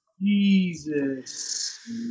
Jesus